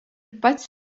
pats